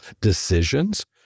decisions